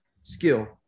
skill